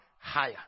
higher